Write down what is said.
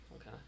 Okay